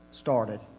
started